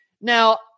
Now